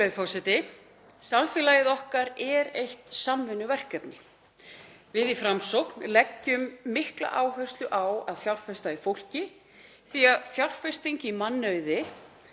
forseti. Samfélagið okkar er eitt samvinnuverkefni. Við í Framsókn leggjum mikla áherslu á að fjárfesta í fólki því að fjárfesting í mannauði